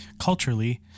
culturally